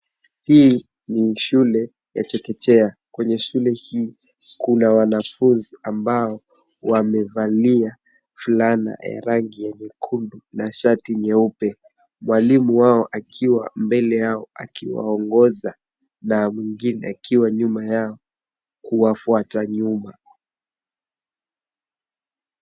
Hii ni shule ya chekechea. Kwenye shule hii kuna wanafunzi ambao wamevalia fulana ya rangi ya nyekundu na shati nyeupe mwalimu wao akiwa mbele yao akiwaongoza na mwingine akiwa nyuma yao kuwafuata nyuma.